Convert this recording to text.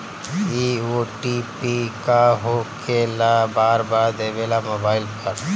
इ ओ.टी.पी का होकेला बार बार देवेला मोबाइल पर?